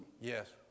yes